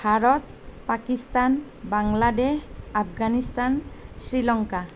Bharat Pakistan Bangladesh Afghanistan Sri Lanka